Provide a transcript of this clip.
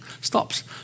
stops